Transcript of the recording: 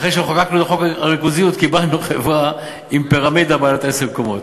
אחרי שחוקקנו את חוק הריכוזיות קיבלנו חברה עם פירמידה בעלת עשר קומות.